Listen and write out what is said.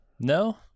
No